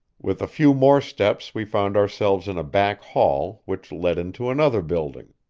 with a few more steps we found ourselves in a back hall which led into another building.